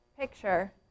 picture